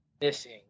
missing